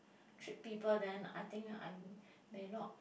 treat people then I think I'm may not